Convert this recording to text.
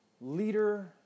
leader